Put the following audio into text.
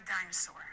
dinosaur